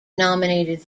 nominated